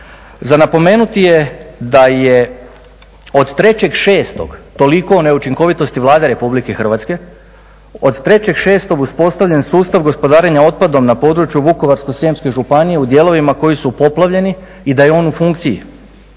Za napomenuti je da je od 3.06., toliko o neučinkovitosti Vlade RH, od 3.06. uspostavljen sustav gospodarenja otpadom na području Vukovarsko-srijemske županije u dijelovima koji su poplavljeni i da je on u funkciji.